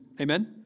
Amen